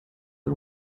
aus